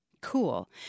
Cool